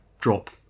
Drop